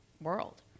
world